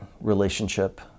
relationship